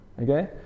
Okay